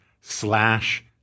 Slash